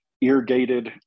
Irrigated